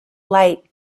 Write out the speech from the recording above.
light